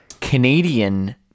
Canadian